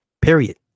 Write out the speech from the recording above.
Period